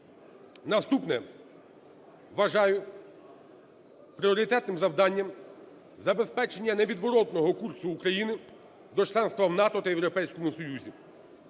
Наступне. Вважаю пріоритетним завданням забезпечення невідворотного курсу України до членства в НАТО та Європейському Союзі.